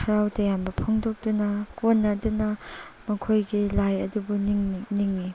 ꯍꯔꯥꯎ ꯇꯌꯥꯝꯕ ꯐꯣꯡꯗꯣꯛꯇꯨꯅ ꯀꯣꯟꯅꯗꯨꯅ ꯃꯈꯣꯏꯒꯤ ꯂꯥꯏ ꯑꯗꯨꯕꯨ ꯅꯤꯡꯏ